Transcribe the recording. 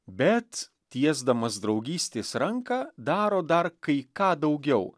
bet tiesdamas draugystės ranką daro dar kai ką daugiau